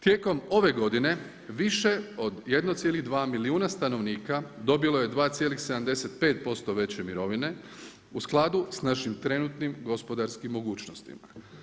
Tijekom ove godine više od 1,2 milijuna stanovnika dobilo je 2,75% veće mirovine u skladu sa našim trenutnim gospodarskim mogućnostima.